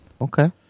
Okay